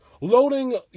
loading